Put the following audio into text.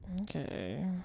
Okay